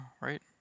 right